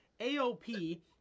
AOP